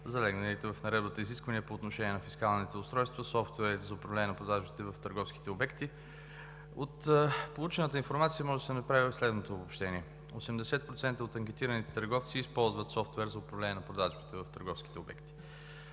залегналите в Наредбата изисквания по отношение на фискалните устройства, софтуери за управление на продажбите в търговските обекти. От получената информация може да се направи следното обобщение: 80% от анкетираните търговци използват софтуер за управление на продажбите в търговските обекти.